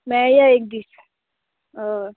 मेळया एक दीस हय